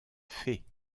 fée